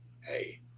hey